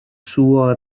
suoi